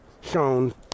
shown